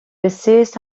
insist